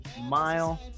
Mile